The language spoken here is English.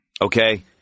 okay